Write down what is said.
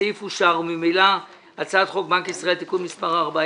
הסעיף אושר וממילא הצעת חוק בנק ישראל (תיקון מס' 4),